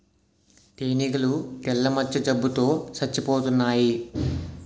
తేనీగలు తెల్ల మచ్చ జబ్బు తో సచ్చిపోతన్నాయి